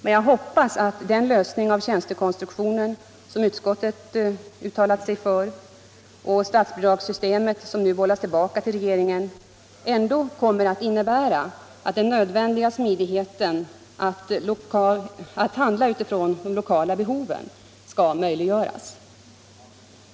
Men jag hoppas att den lösning av frågan om tjänstekonstruktionen, som utskottet uttalar sig för, och statsbidragssystemet — som nu bollas tillbaka till regeringen — ändå kommer att innebära att den nödvändiga smidigheten då det gäller att handla utifrån de lokala behoven skall möjliggöras.